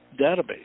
database